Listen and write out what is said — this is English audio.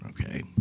okay